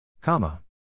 Comma